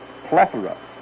plethora